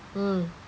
mm